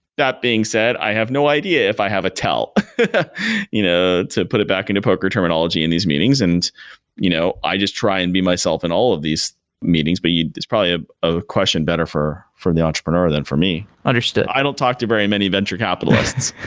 that being said, i have no idea if i have a tell you know to put it back into poker terminology in these meetings, and you know i just try and be myself in all of these meetings. but this is probably ah a question better for for the entrepreneur than for me. understood. i don't talk to very many venture capitalists.